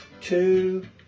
two